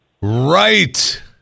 Right